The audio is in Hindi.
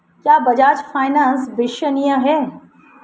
क्या बजाज फाइनेंस विश्वसनीय है?